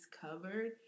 covered